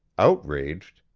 outraged,